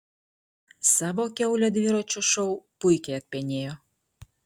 savo kiaulę dviračio šou puikiai atpenėjo